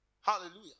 Hallelujah